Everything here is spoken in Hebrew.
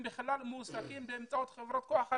הם בכלל מועסקים באמצעות חברות כוח אדם.